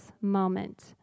moment